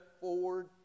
forward